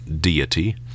deity